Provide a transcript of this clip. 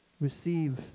Receive